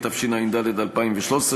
התשע"ד 2013,